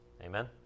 Amen